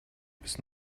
bis